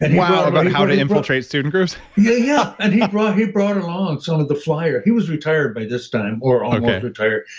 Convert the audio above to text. and wow. about how to infiltrate student groups? yeah, yeah. and he brought he brought along some of the flyer. he was retired by this time or almost um retired.